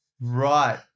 Right